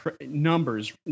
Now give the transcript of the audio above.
numbers